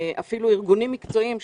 אפילו ארגונים מקצועיים,